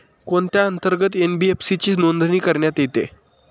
कोणत्या अंतर्गत एन.बी.एफ.सी ची नोंदणी करण्यात येते?